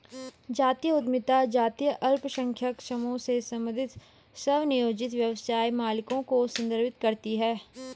जातीय उद्यमिता जातीय अल्पसंख्यक समूहों से संबंधित स्वनियोजित व्यवसाय मालिकों को संदर्भित करती है